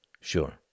Sure